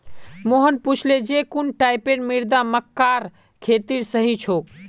मोहन पूछले जे कुन टाइपेर मृदा मक्कार खेतीर सही छोक?